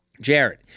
Jared